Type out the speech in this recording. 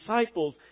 disciples